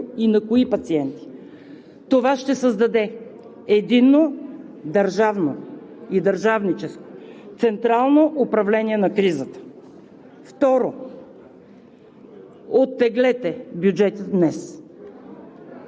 за болниците – как да организират приема и лечението и на кои пациенти. Това ще създаде единно държавно и държавническо централно управление на кризата. Второ,